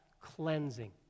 cleansing